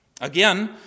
Again